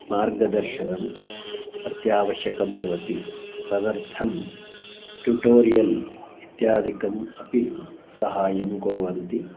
मार्गदर्शनम् अत्यावश्यकं भवति तदर्थं ट्युटोरियल् इत्यादिकम् अपि सहायं कुर्वन्ति